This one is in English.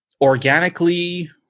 organically